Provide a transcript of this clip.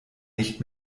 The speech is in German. nicht